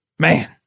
Man